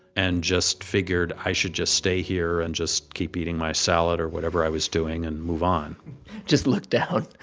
and just figured i should just stay here and just keep eating my salad or whatever i was doing and move on just look down,